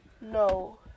No